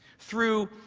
through